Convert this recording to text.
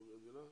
את מבינה?